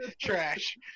Trash